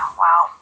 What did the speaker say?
wow